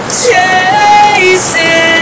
chasing